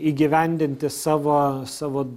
įgyvendinti savo savo